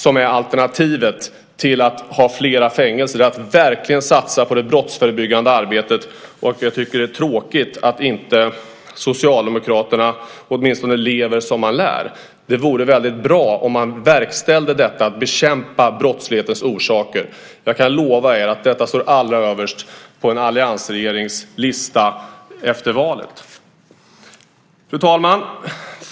Och alternativet till att ha fler fängelser är att verkligen satsa på det brottsförebyggande arbete. Och jag tycker att det är tråkigt att Socialdemokraterna inte lever som de lär. Det vore väldigt bra om man verkställde detta och bekämpade brottslighetens orsaker. Jag kan lova er att detta står allra överst på listan om alliansen får bilda regering efter valet. Fru talman!